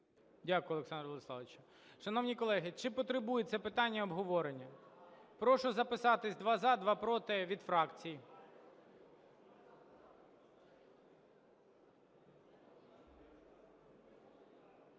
Дякую, Олександр Владиславович. Шановні колеги, чи потребує це питання обговорення? Прошу записатись: два – за, два – проти від фракцій.